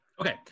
Okay